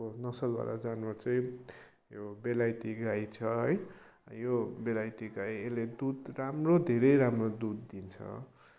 भएको नसलवाला जानवर चाहिँ यो बेलाइती गाई छ है यो बेलाइती गाई यसले दुध राम्रो धेरै राम्रो दुध दिन्छ